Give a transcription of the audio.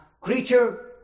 creature